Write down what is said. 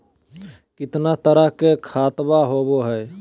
कितना तरह के खातवा होव हई?